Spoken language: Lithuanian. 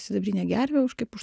sidabrinę gervę už kaip už